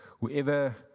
whoever